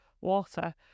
water